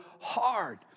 hard